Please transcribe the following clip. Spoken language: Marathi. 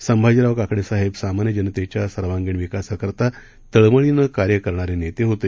संभाजीराव काकडे साहेब सामान्य जनतेच्या सर्वांगीण विकासासाठी तळमळीनं कार्य करणारे नेते होते